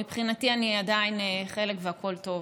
מבחינתי אני עדיין חלק והכול טוב.